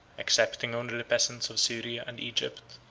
excepting only to the peasants of syria and egypt,